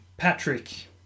Patrick